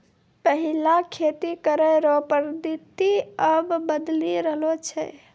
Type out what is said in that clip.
पैहिला खेती करै रो पद्धति आब बदली रहलो छै